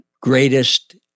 greatest